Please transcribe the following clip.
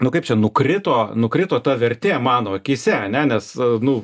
nu kaip čia nukrito nukrito ta vertė mano akyse ane nes nu